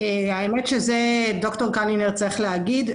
את זה ד"ר קלינר צריך להגיד.